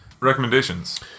Recommendations